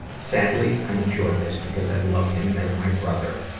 sadly, i enjoyed this because i loved him as my brother,